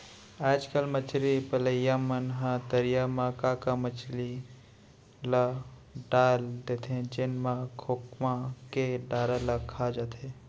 आजकल मछरी पलइया मन ह तरिया म का का मछरी ल डाल देथे जेन ह खोखमा के डारा ल खा जाथे